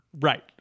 Right